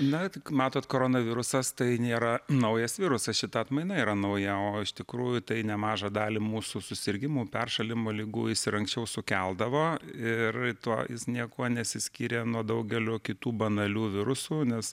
na tik matot koronavirusas tai nėra naujas virusas šita atmaina yra nauja o iš tikrųjų tai nemažą dalį mūsų susirgimų peršalimo ligų jis ir anksčiau sukeldavo ir tuo jis niekuo nesiskyrė nuo daugelio kitų banalių virusų nes